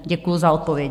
Děkuju za odpovědi.